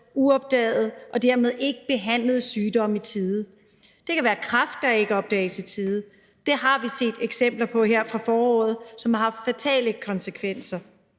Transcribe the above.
uopdagede og dermed ikke behandlede sygdomme i tide. Det kan være kræft, der ikke opdages i tide. Det har vi set eksempler på her fra foråret, og det har haft fatale konsekvenser.